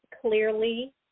clearly